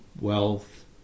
wealth